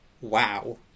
wow